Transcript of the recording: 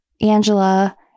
Angela